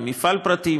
הם מפעל פרטי,